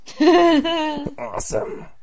Awesome